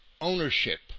ownership